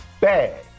bad